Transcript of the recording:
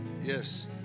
yes